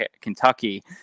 Kentucky